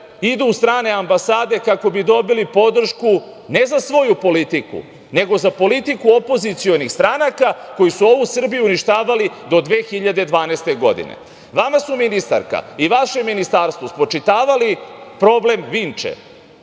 idu u strane ambasade kako bi dobili podršku ne za svoju politiku, nego za politiku opozicionih stranaka koji su ovu Srbiju uništavali do 2012. godine. Vama su, ministarka i vašem ministarstvu, spočitavali problem Vinče.